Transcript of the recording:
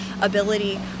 ability